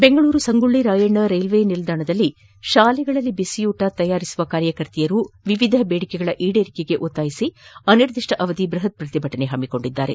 ಬೆಂಗಳೂರಿನ ಸಂಗೊಳ್ಳಿ ರಾಯಣ್ಣ ರೈಲ್ವೆ ನಿಲ್ದಾಣದಲ್ಲಿ ಶಾಲೆಗಳಲ್ಲಿ ಬಿಸಿಯೂಟ ತಯಾರಿಸುವ ಕಾರ್ಯಕರ್ತೆಯರು ವಿವಿಧ ಬೇಡಿಕೆಗಳ ಈಡೇರಿಕೆಗೆ ಆಗ್ರಹಿಸಿ ಅನಿರ್ದಿಷ್ಟಾವಧಿ ಬೃಹತ್ ಪ್ರತಿಭಟನೆ ಹಮ್ಮಿಕೊಂಡಿದ್ದಾರೆ